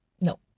No